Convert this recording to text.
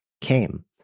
came